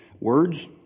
words